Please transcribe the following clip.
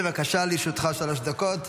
בבקשה, לרשותך שלוש דקות.